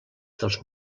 dels